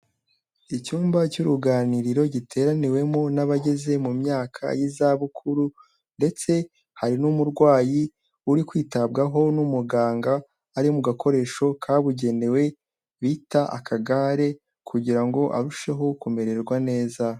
Icyumba cy'uruganiriro giteraniwemo n'abageze mu myaka y'izabukuru ndetse hari n'umurwayi uri kwitabwaho n'umuganga, ari mu gakoresho kabugenewe bita akagare kugira ngo arusheho kumererwa neza.